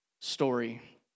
story